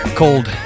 called